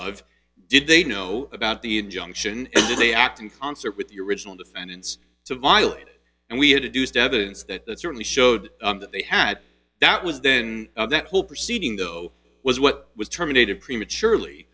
of did they know about the injunction do they act in concert with your original defendants to violate it and we had a deuced evidence that that certainly showed that they had that was then that whole proceeding though was what was terminated prematurely